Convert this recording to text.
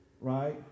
right